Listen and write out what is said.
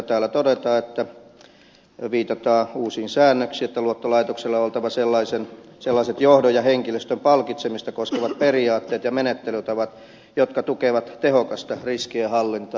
täällä viitataan uusiin säännöksiin että luottolaitoksella on oltava sellaiset johdon ja henkilöstön palkitsemista koskevat periaatteet ja menettelytavat jotka tukevat tehokasta riskienhallintaa